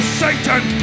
satan